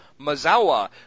Mazawa